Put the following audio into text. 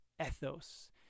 ethos